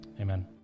Amen